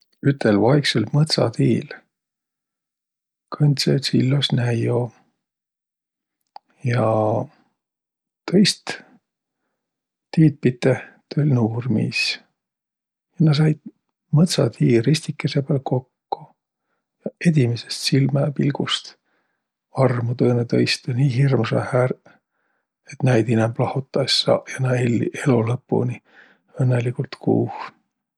Ütel vaiksõl mõtsatiil kõndsõ üts illos näio. Ja tõist tiid piteh tull' nuurmiis. Nä saiq mõtsatiiristikese pääl kokko. Edimädsest silmäpilgust armu tõõnõtõistõ nii hirmsahe ärq, et näid inämb lahotaq es saaq. Ja nä elliq elo lõpuni õnnõligult kuuh.